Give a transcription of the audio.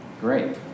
Great